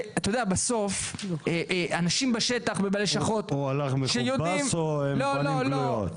הוא הלך מחופש או עם פנים גלויות?